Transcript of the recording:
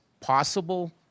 possible –